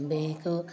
बेखौ